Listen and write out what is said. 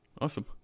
awesome